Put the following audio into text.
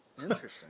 Interesting